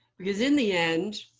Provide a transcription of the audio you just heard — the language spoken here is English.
because in the end,